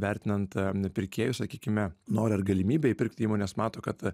vertinant pirkėjus sakykime norą ir galimybę įpirkti įmones mato kad